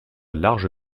large